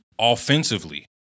offensively